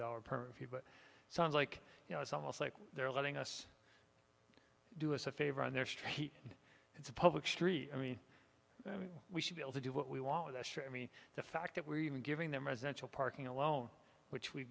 dollars per view but it sounds like you know it's almost like they're letting us do us a favor on their street it's a public street i mean we should be able to do what we want to show i mean the fact that we're even giving them residential parking alone which we've